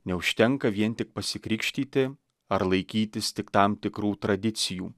neužtenka vien tik pasikrikštyti ar laikytis tik tam tikrų tradicijų